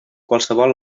qualsevol